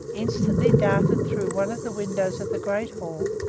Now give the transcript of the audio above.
instantly darted through one of the windows of the great hall,